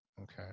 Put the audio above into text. okay